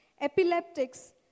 epileptics